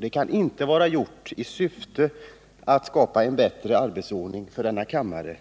Det kan inte vara gjort i syfte att skapa en bättre arbetsordning för denna kammare,